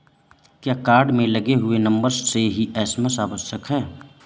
क्या कार्ड में लगे हुए नंबर से ही एस.एम.एस आवश्यक है?